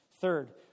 Third